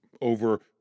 over